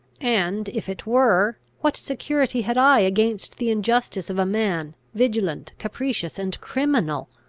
and, if it were, what security had i against the injustice of a man, vigilant, capricious, and criminal?